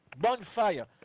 Bonfire